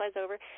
over